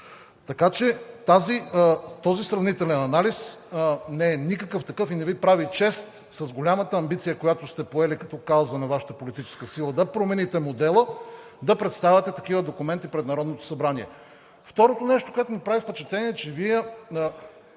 Така че този сравнителен анализ не е никакъв такъв и не Ви прави чест с голямата амбиция, която сте поели като кауза на Вашата политическа сила да промените модела, да представяте такива документи пред Народното събрание. Второто нещо, което ми прави впечатление, е, че Вие,